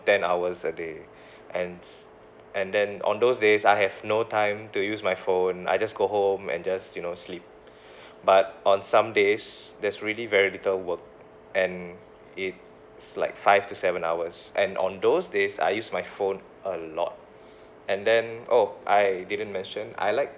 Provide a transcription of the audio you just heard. ten hours a day and s~ and then on those days I have no time to use my phone I just go home and just you know sleep but on some days there's really very little work and it's like five to seven hours and on those days I use my phone a lot and then oh I didn't mention I like